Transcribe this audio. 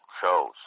shows